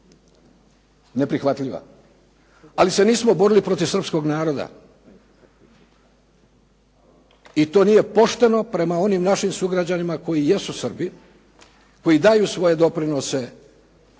Ali se nismo borili protiv srpskog naroda i to nije pošteno prema onim našim sugrađanima koji jesu Srbi, koji daju svoje doprinose